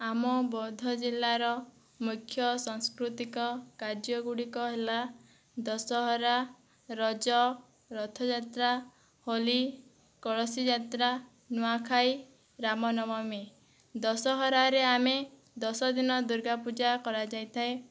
ଆମ ବୌଦ୍ଧ ଜିଲ୍ଲାର ମୁଖ୍ୟ ସଂସ୍କୃତିକ କାର୍ଯ୍ୟ ଗୁଡ଼ିକ ହେଲା ଦଶହରା ରଜ ରଥଯାତ୍ରା ହୋଲି କଳସୀଯାତ୍ରା ନୂଆଖାଇ ରାମନବମୀ ଦଶହରାରେ ଆମେ ଦଶଦିନ ଦୁର୍ଗାପୂଜା କରାଯାଇଥାଏ